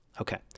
Okay